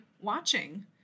watching